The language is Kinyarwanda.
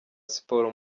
siporo